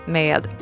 med